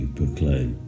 proclaim